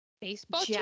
Baseball